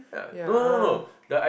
ya